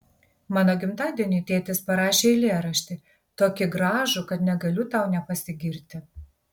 mano gimtadieniui tėtis parašė eilėraštį tokį gražų kad negaliu tau nepasigirti